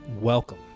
welcome